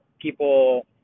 people